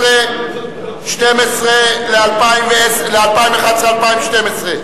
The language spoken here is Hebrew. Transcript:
12 ל-2011 ל-2012,